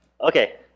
Okay